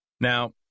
now